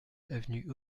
avenue